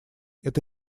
это